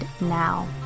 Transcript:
now